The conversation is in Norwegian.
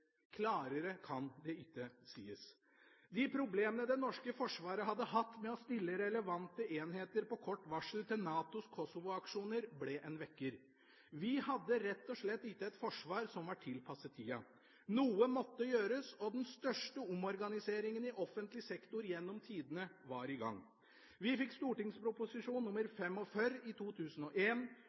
Klarere kan det ikke sies. De problemene det norske forsvaret hadde med å stille relevante enheter på kort varsel til NATOs Kosovo-aksjoner, ble en vekker. Vi hadde rett og slett ikke et forsvar som var tilpasset tida. Noe måtte gjøres, og den største omorganiseringen i offentlig sektor gjennom tidene var i gang. Vi fikk St.prp. nr. 45 i 2001, St.prp. nr. 42 i 2004, St.prp. nr. 48 i 2008 – og